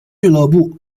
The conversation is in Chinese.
俱乐部